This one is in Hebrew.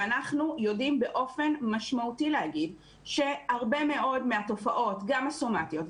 כשאנחנו יודעים באופן משמעותי להגיד שהרבה מאוד מהתופעות גם הסומטיות,